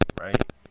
right